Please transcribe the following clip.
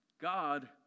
God